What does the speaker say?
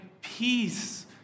peace